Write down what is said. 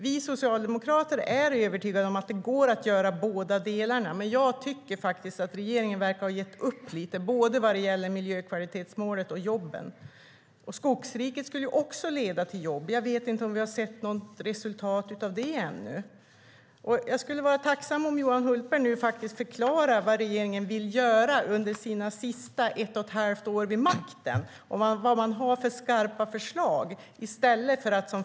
Vi socialdemokrater är övertygade om att det går att göra båda delarna, men jag tycker att regeringen verkar ha gett upp lite, både vad gäller miljökvalitetsmålet och jobben. Skogsriket skulle också leda till jobb. Jag vet inte om vi har sett något resultat av det ännu. Jag skulle vara tacksam om Johan Hultberg förklarade vad det är regeringen vill göra under sina sista ett och ett halvt år vid makten. Vad har man för skarpa förslag?